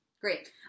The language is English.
great